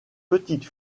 petite